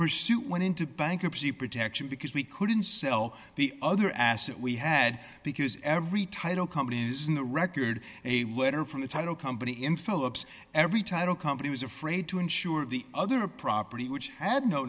pursue went into bankruptcy protection because we couldn't sell the other asset we had because every title company is in the record a letter from the title company in philips every title company was afraid to insure the other property which i had no